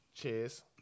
Cheers